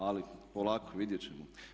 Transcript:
Ali polako, vidjet ćemo.